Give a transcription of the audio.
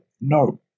no